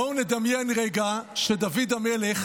בואו נדמיין רגע שדוד המלך